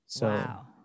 Wow